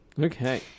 Okay